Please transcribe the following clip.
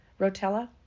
Rotella